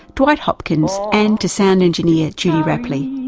dwight hopkins. and to sound engineer, judy rapley.